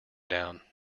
down